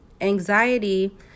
anxiety